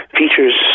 features